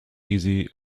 easy